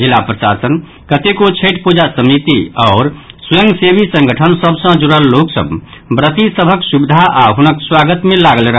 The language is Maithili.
जिला प्रशासन कतेको छठि पूजा समीति आओर स्वयंसेवी संगठन सभ सँ जुड़ल लोक सभ व्रतिक सभक सुविधा आओर हुनक स्वागत मे लागल रहल